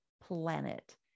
planet